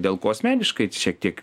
dėl ko asmeniškai šiek tiek